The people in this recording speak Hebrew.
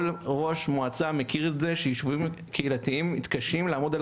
כל ראש מועצה מכיר את זה שיישובים קהילתיים מתקשים לעמוד על